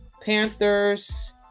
Panthers